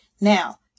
now